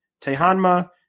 Tehanma